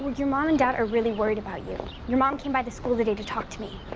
like your mom and are really worried about you. your mom came by the school today to talk to me.